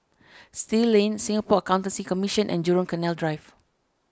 Still Lane Singapore Accountancy Commission and Jurong Canal Drive